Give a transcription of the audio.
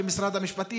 למשרד המשפטים,